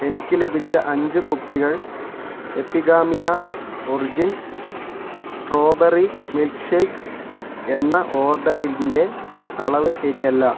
എനിക്ക് ലഭിച്ച അഞ്ച് കുപ്പികൾ എപിഗാമിയ ഒറിജിൻസ് സ്ട്രോബെറി മിൽക്ക്ഷേക്ക് എന്ന ഓർഡറിന്റെ അളവ് ശരിയല്ല